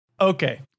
Okay